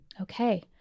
Okay